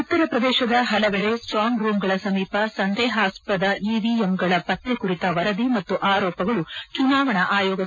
ಉತ್ತರ ಪ್ರದೇಶದ ಹಲವೆದೆ ಸ್ಟಾಂಗ್ ರೂಂಗಳ ಸಮೀಪ ಸಂದೇಹಾಸ್ಪದ ಇವಿಎಮ್ಗಳ ಪತ್ತೆ ಕುರಿತ ವರದಿ ಮತ್ತು ಆರೋಪಗಳು ಚುನಾವಣಾ ಆಯೋಗದಿಂದ ವಜಾ